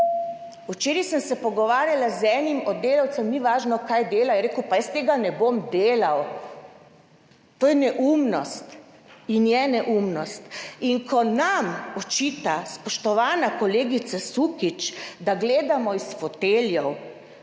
Včeraj sem se pogovarjala z enim od delavcev, ni važno kaj dela, je rekel, pa jaz tega ne bom delal. To je neumnost in je neumnost. In ko nam očita, spoštovana kolegica Sukič, da gledamo iz foteljev,